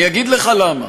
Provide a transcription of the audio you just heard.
אני אגיד לך למה.